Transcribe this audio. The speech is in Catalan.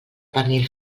pernil